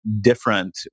different